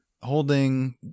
holding